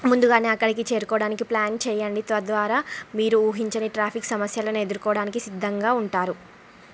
ముందుగానే అక్కడికి చేరుకోవడానికి ప్లాన్ చేయండి తద్వారా మీరు ఊహించని ట్రాఫిక్ సమస్యలను ఎదుర్కొనడానికి సిద్ధంగా ఉంటారు